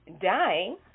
dying